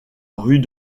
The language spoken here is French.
rue